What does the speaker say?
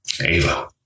Ava